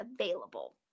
available